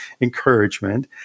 encouragement